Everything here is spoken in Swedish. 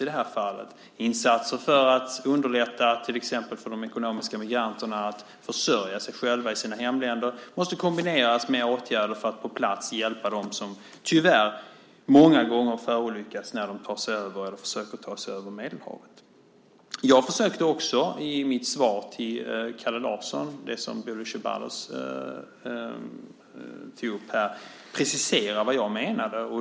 I det här fallet måste insatser för att underlätta till exempel för de ekonomiska migranterna att försörja sig själva i sina hemländer kombineras med åtgärder för att på plats hjälpa dem som tyvärr många gånger riskerar att förolyckas när de försöker ta sig över Medelhavet. Jag försökte också i mitt svar till Kalle Larsson, det som Bodil Ceballos tar upp här, precisera vad jag menade.